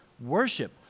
Worship